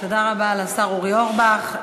תודה רבה לשר אורי אורבך.